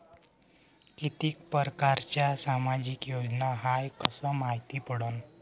कितीक परकारच्या सामाजिक योजना हाय कस मायती पडन?